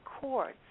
cords